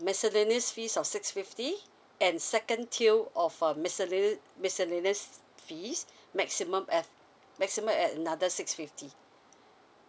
miscellaneous fees of six fifty and second tier of uh miscellaneous miscellaneous fees maximum at maximum at another six fifty